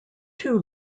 two